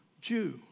Jew